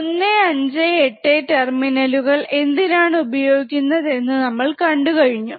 158 ടെർമിനലുകൾ എന്തിനാണ് ഉപയോഗിക്കുന്നത് എന്ന നമ്മൾ കണ്ടുകഴിഞ്ഞു